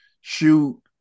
shoot